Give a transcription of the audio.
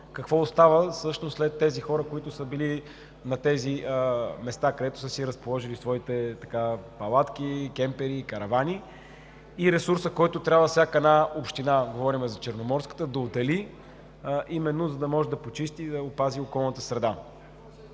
какво остава след тези хора, които са били на местата, където са разположили своите палатки, кемпери и каравани и ресурсът, който всяка една община – говорим за Черноморската, да отдели, за да може да почисти и опази околната среда.